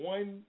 One